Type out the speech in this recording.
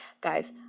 guys